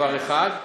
דבר אחד,